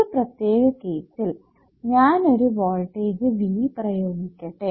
ഈ പ്രത്യേക കേസിൽ ഞാനൊരു വോൾടേജ് V പ്രയോഗിക്കട്ടെ